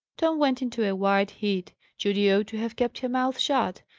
tom went into a white heat. judy ought to have kept her mouth shut.